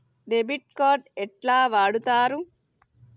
Debit card ఎట్లా వాడుతరు?